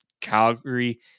Calgary